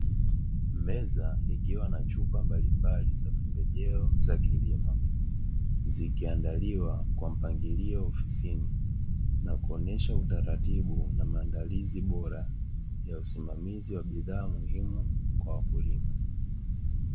Meza ikiwa na chupa mbalimbali za pembejeo za kilimo, zikiandaliwa kwa mpangilio ofisini, na kuonesha utaratibu na maandalizi bora ya usimamizi wa bidhaa muhimu kwa wakulima.